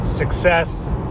Success